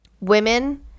women